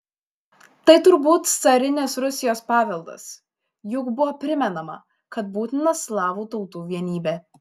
tai turbūt carinės rusijos paveldas juk buvo primenama kad būtina slavų tautų vienybė